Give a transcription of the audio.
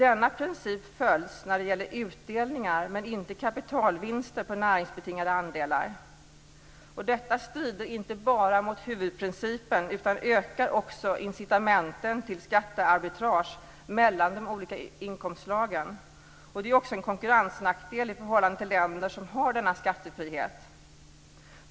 Denna princip följs när det gäller utdelningar men inte kapitalvinster på näringsbetingade andelar. Detta strider inte bara mot huvudprincipen utan ökar också incitamenten till skattearbitrage mellan de olika inkomstslagen. Det är också en konkurrensnackdel i förhållande till länder som har denna skattefrihet.